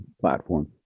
platform